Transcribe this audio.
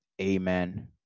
Amen